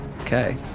okay